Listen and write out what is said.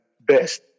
best